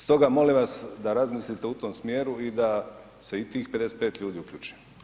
Stoga molim vas da razmislite u tom smjeru i da se i tih 55 ljudi uključi.